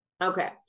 Okay